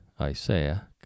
Isaiah